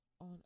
on